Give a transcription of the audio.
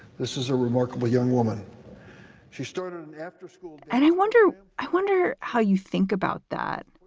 this is a remarkable young woman she started and after school. and i wonder i wonder how you think about that.